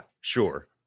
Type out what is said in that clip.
sure